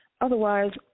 otherwise